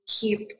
keep